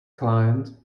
client